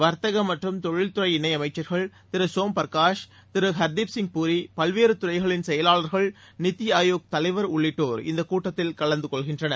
வர்த்தகம் மற்றும் தொழில் துறை இணை அமைச்சர்கள் திரு சோம் பர்காஷ் திரு ஹர்தீப் சிங் புரி பல்வேறு துறைகளின் செயலாளர்கள் நித்தி ஆயோக் தலைவர் உள்ளிட்டோர் இந்தக் கூட்டத்தில் கலந்து கொள்கின்றனர்